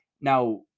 Now